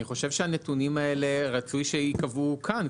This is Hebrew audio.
אני חושב שהנתונים האלה רצוי שייקבעו כאן,